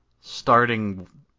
starting